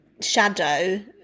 shadow